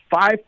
five